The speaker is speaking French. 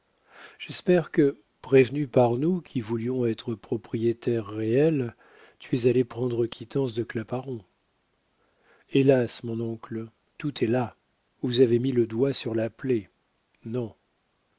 j'espère que prévenu par nous qui voulions être propriétaires réels tu es allé prendre quittance de claparon hélas mon oncle tout est là vous avez mis le doigt sur la plaie non